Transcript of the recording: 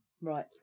Right